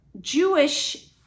jewish